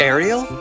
Ariel